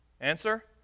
Answer